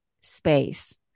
space